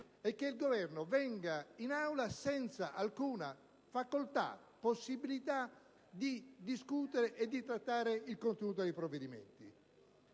è che il Governo venga in Aula senza alcuna possibilità di discutere e di trattare il merito dei provvedimenti.